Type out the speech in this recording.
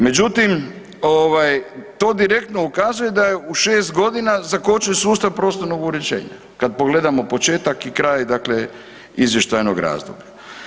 Međutim, ovaj to direktno ukazuje da je u 6 godina zakočen sustav prostornog uređenja, kad pogledamo početak i kraj dakle izvještajnog razdoblja.